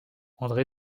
andré